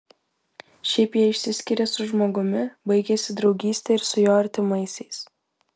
šiaip jei išsiskiri su žmogumi baigiasi draugystė ir su jo artimaisiais